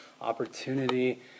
opportunity